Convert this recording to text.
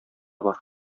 бар